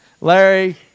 Larry